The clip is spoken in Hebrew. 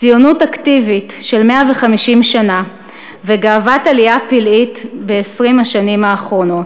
ציונות אקטיבית של 150 שנה וגאוות עלייה פלאית ב-20 השנים האחרונות,